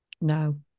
No